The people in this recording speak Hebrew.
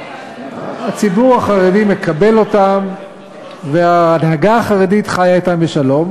הציבור החרדי מקבל אותם וההנהגה החרדית חיה אתם בשלום,